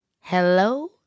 Hello